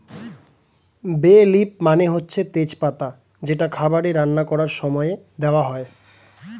বে লিফ মানে হচ্ছে তেজ পাতা যেটা খাবারে রান্না করার সময়ে দেওয়া হয়